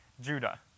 Judah